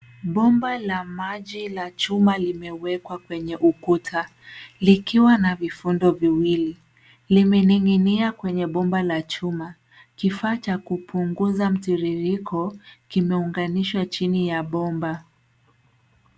Bomba la maji la chuma limewekwa kwenye ukuta likiwa na vifundo viwili. Limening'inia kwenye bomba la chuma. Kifaa cha kupunguza mtiririko kimeunganishwa chini ya bomba.